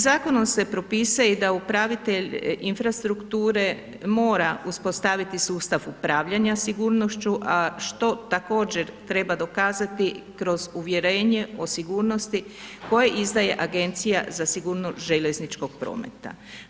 Zakonom se propisuje i da upravitelj infrastrukture mora uspostaviti sustav upravljanja sigurnošću što također treba dokazati kroz uvjerenje o sigurnosti koje izdaje Agencija za sigurnost željezničkog prometa.